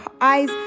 eyes